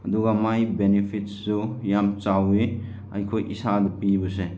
ꯑꯗꯨꯒ ꯃꯥꯏ ꯕꯦꯅꯤꯐꯤꯠꯁꯨ ꯌꯥꯝ ꯆꯥꯎꯏ ꯑꯩꯈꯣꯏ ꯏꯁꯥꯗ ꯄꯤꯕꯁꯦ